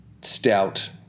stout